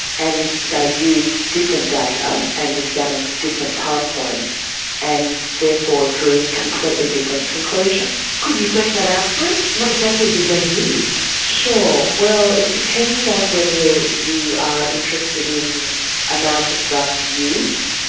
and they used different data and examined different time points and therefore drew completely different conclusions. could you flesh that out for us? what exactly did they use? sure. well, it depends on whether you are interested in amount of drugs used,